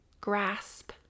grasp